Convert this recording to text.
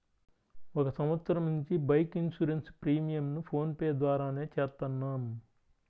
ఒక సంవత్సరం నుంచి బైక్ ఇన్సూరెన్స్ ప్రీమియంను ఫోన్ పే ద్వారానే చేత్తన్నాం